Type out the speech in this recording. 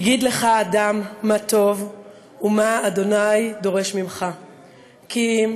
"הגיד לך אדם מה טוב ומה ה' דורש ממך כי אם